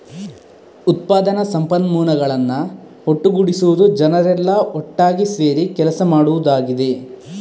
ಉತ್ಪಾದನಾ ಸಂಪನ್ಮೂಲಗಳನ್ನ ಒಟ್ಟುಗೂಡಿಸುದು ಜನರೆಲ್ಲಾ ಒಟ್ಟಾಗಿ ಸೇರಿ ಕೆಲಸ ಮಾಡುದಾಗಿದೆ